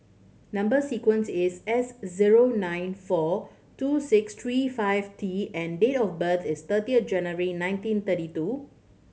number sequence is S zero nine four two six three five T and date of birth is thirty of January nineteen thirty two